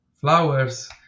flowers